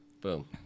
Boom